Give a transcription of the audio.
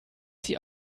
die